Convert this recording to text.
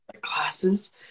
classes